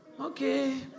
okay